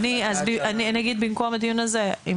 במקום הדיון הזה,